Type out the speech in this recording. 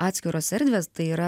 atskiros erdvės tai yra